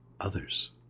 others